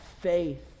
faith